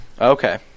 Okay